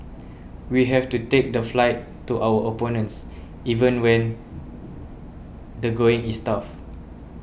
we have to take the fight to our opponents even when the going is tough